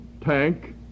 tank